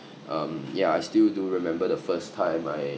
um yeah I still do remember the first time I